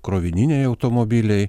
krovininiai automobiliai